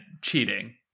cheating